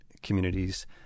communities